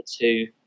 two